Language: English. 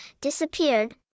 disappeared